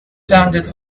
sounded